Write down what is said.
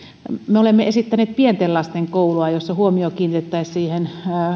me olemme esittäneet pienten lasten koulua jossa huomio kiinnitettäisiin